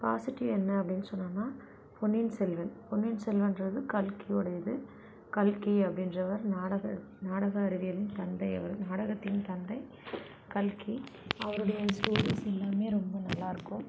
positive என்ன அப்படின்னு சொன்னோம்னா பொன்னியின் செல்வன் பொன்னியின் செல்வன்றது கல்கியோடது இது கல்கி அப்படின்றவர் நாடக நாடக அறிவியலின் தந்தை அவர் நாடகத்தின் தந்தை கல்கி அவருடைய ஹிஸ்ட்ரி புக்ஸ் எல்லாமே ரொம்ப நல்லாருக்கும்